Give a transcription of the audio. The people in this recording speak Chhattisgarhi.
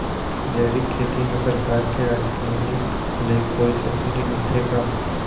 जैविक खेती म सरकार के ऑर्गेनिक ले कोई सब्सिडी मिलथे का?